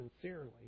sincerely